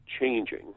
changing